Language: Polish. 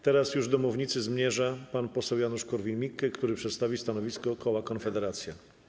Teraz już do mównicy zmierza pan poseł Janusz Korwin-Mikke, który przedstawi stanowisko koła Konfederacja.